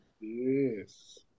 Yes